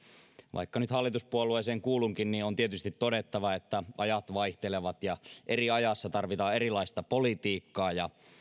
vaikka nyt hallituspuolueeseen kuulunkin niin on tietysti todettava että ajat vaihtelevat ja eri ajassa tarvitaan erilaista politiikkaa